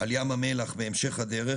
על ים המלח בהמשך הדרך,